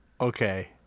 Okay